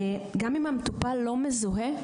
גם אם המטופל לא מזוהה,